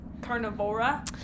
Carnivora